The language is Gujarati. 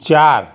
ચાર